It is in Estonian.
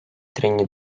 trenni